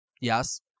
yes